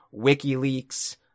WikiLeaks